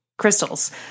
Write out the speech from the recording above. crystals